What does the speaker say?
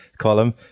column